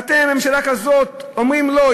ואתם, ממשלה כזאת, אומרים: לא.